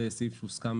זה סעיף שהוסכם